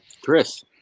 Chris